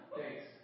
Thanks